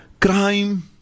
crime